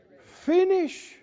Finish